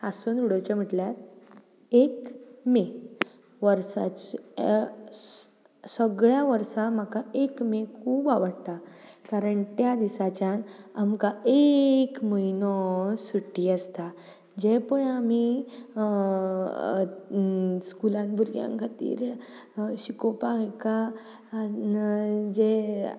हांसून उडोवचें म्हटल्यार एक मे वर्साच्या सगळ्या वर्सा म्हाका एक मे खूब आवडटा कारण त्या दिसाच्यान आमकां एक म्हयनो सुटी आसता जे पळय आमी स्कुलांत भुरग्यां खातीर शिकोवपाक हाका जें